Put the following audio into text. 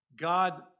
God